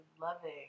loving